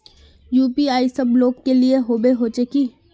UPI सब लोग के लिए होबे होचे की?